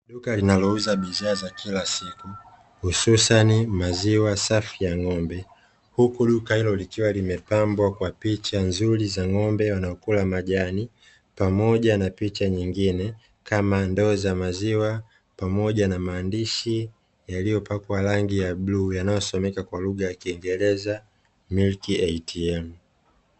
Duka linalouza bidhaa za kila siku hususani maziwa safi ya ng'ombe, huku duka hilo likiwa limepambwa kwa picha nzuri za ng'ombe wanaokula majani; pamoja na picha nyingine kama ndoo za maziwa, pamoja na maandishi yaliyopakwa rangi ya bluu yanayosomeka kwa lugha ya kingereza "MILK ATM".